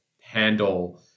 handle